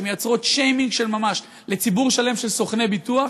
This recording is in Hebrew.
שמייצרות שיימינג של ממש לציבור שלם של סוכני ביטוח,